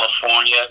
California